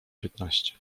piętnaście